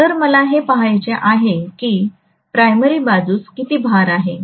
तर मला हे पहायचे आहे की प्राइमरी बाजूस किती भार आहे